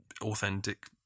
authentic